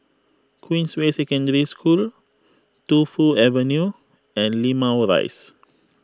Queensway Secondary School Tu Fu Avenue and Limau Rise